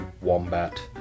Wombat